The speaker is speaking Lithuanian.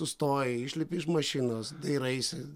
sustoji išlipi iš mašinos dairaisi